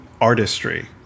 artistry